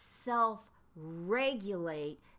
self-regulate